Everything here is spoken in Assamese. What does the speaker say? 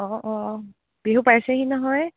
অঁ অঁ বিহু পাইছেহি নহয়